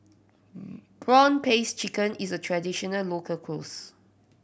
prawn paste chicken is a traditional local